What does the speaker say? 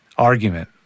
argument